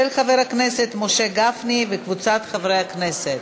של חבר הכנסת משה גפני וקבוצת חברי הכנסת.